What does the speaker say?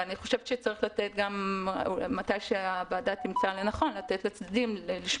אני חושבת שמתי שהוועדה תמצא לנכון צריך גם לתת לצדדים לומר,